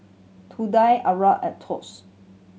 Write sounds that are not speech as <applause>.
Trudie <unintelligible> and Thos